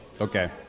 Okay